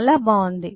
చాలా బాగుంది